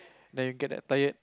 then you get that tired